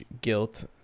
guilt